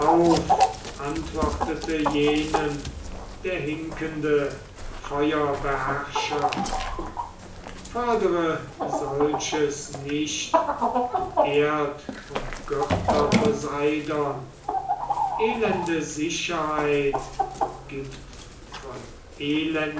antwortete jenem der hinkende feuerbeherrscher fordere solches nicht du erdumgürter poseidon elende sicherheit gibt von elenden